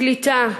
קליטה,